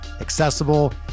accessible